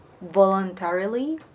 voluntarily